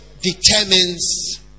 determines